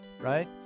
right